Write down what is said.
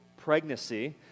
pregnancy